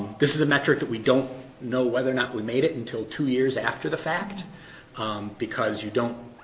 this is a metric that we don't know whether or not we made it until two years after the fact because you don't,